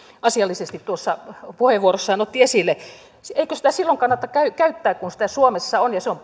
asiallisesti tuossa puheenvuorossaan otti esille eikö sitä silloin kannata käyttää kun sitä suomessa on ja se on